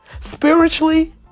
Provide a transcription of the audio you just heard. spiritually